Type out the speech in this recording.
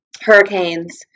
hurricanes